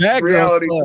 reality